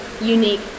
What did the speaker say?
unique